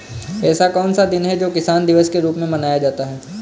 ऐसा कौन सा दिन है जो किसान दिवस के रूप में मनाया जाता है?